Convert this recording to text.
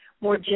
more